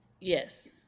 Yes